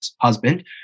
husband